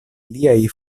liaj